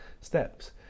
steps